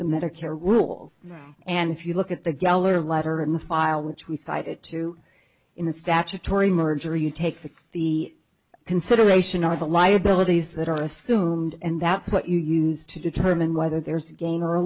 the medicare rules and if you look at the geller letter in the file which we cited to in the statutory merger you take the consideration of the liabilities that are assumed and that's what you use to determine whether there's a game or a